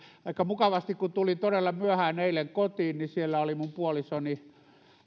aika mukavasti kun tulin todella myöhään kotiin siellä oli minun puolisoni